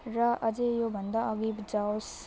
र अझै योभन्दा अघि जाओस्